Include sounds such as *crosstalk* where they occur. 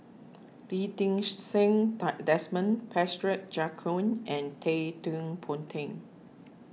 Lee Ding Seng *unintelligible* Desmond *unintelligible* Joaquim and Ted *unintelligible* Ponti